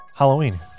Halloween